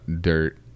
dirt